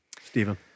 Stephen